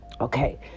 Okay